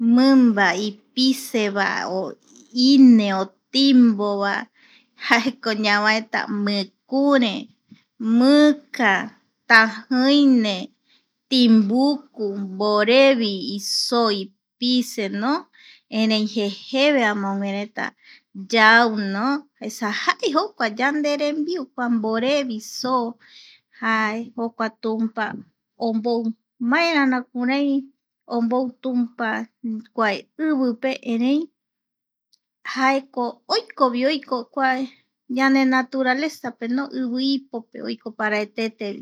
Mimba ipiseva o ine otimbova jaeko ñavaeta mikure, mika, taji ine, timbuku, mborevi isoo ipiseno, erei jejeve amoguereta yau no esa jae jokua yanderembiu kua mborevi so. jae jokua tumpa ombou maerara kurai tumpa ombou kua ivipe, erei jae jokua jaeko ioko vi oiko yande naturaleza pe no ivi ipope oiko paravetevetevi.